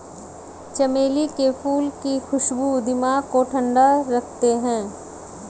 चमेली के फूल की खुशबू दिमाग को ठंडा रखते हैं